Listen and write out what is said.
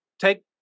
take